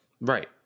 Right